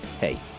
Hey